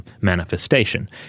manifestation